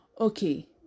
okay